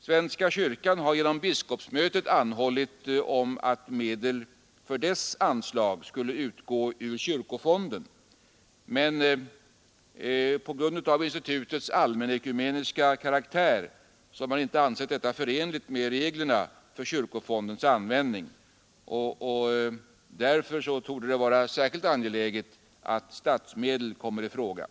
Svenska kyrkan har genom biskopsmötet anhållit att medel för dess anslag skulle få utgå ur kyrkofonden, men på grund av institutets Nr 55 allmänekumeniska karaktär har man inte ansett detta förenligt med Onsdagen den reglerna för kyrkofondens användning. Därför torde det vara särskilt 28 mars 1973 angeläget att statsmedel kommer i fråga.